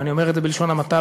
ואני אומר את זה בלשון המעטה,